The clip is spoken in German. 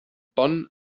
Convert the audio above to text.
bonn